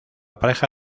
pareja